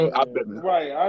Right